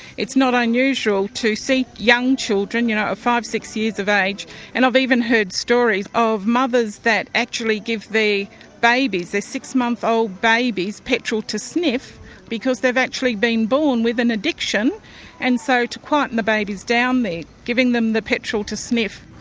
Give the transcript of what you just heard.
it's not unusual to see young children you know five, six years of age and i've even heard stories of mothers that actually give the babies, the six month old babies petrol to sniff because they've actually been born with an addiction and so to quieten the babies down they are giving them the petrol to sniff.